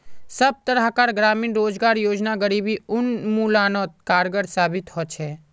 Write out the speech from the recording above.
सब तरह कार ग्रामीण रोजगार योजना गरीबी उन्मुलानोत कारगर साबित होछे